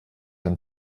when